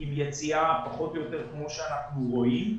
עם יציאה פחות או יותר כמו שאנחנו רואים,